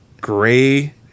gray